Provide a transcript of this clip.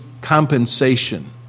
compensation